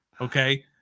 Okay